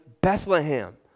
Bethlehem